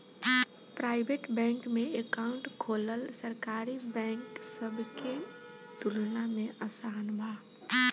private bank में account खोलल सरकारी बैंक सब के तुलना में आसान बा